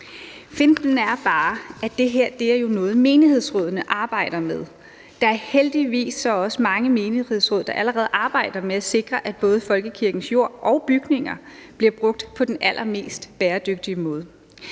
Finten er bare, at det her jo er noget, menighedsrådene arbejder med. Der er så heldigvis også mange menighedsråd, der allerede arbejder med at sikre, at både folkekirkens jord og bygninger bliver brugt på den allermest bæredygtige måde.